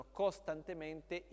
costantemente